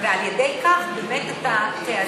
ועל ידי כך אתה באמת תאזן,